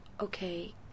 Okay